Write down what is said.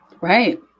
Right